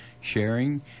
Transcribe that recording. sharing